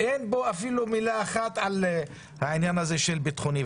אין בו אפילו מילה אחת על העניין הביטחוני.